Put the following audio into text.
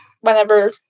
whenever